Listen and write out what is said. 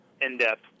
in-depth